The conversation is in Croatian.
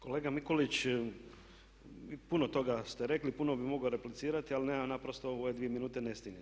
Kolega Mikulić, puno toga ste rekli, puno bi mogao replicirati ali nemam naprosto u ove dvije minute ne stignem.